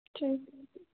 ठीक है